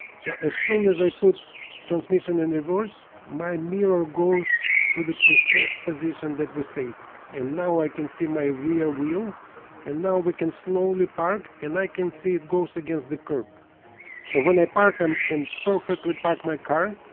so as soon as i put transmission in reverse my mirror goes to the preset position that was saved and now i can see my rear wheel and now we can slowly park and i can see it goes against the curb so when i park am can perfectly park my car